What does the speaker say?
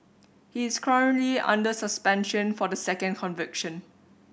he is currently under suspension for the second conviction